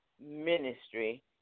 ministry